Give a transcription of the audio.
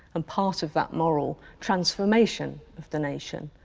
and part of that moral transformation of the nation.